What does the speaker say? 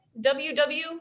WW